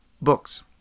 books